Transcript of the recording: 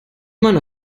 man